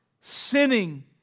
sinning